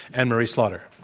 anne-marie slaughter.